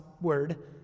word